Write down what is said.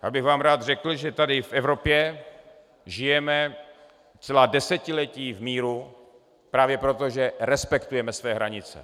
Já bych vám rád řekl, že tady v Evropě žijeme celá desetiletí v míru právě proto, že respektujeme své hranice.